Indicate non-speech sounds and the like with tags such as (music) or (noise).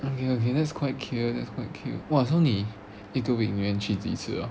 okay okay that's quite cute that's quite cute !wah! so 你 (noise) 每天去几次了